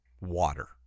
water